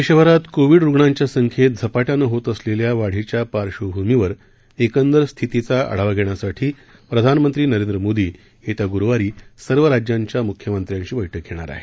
देशभरात कोविड रुग्णांच्य़ा संख्येत झपाट्यानं होत असलेल्या वाढीच्या पार्श्वभूमीवर एकंदर स्थितीचा आढावा घेण्यासाठी प्रधानमंत्री नरेंद्र मोदी येत्या ग्रुवारी सर्व राज्यांच्या म्ख्यमंत्र्यांशी बैठक घेणार आहेत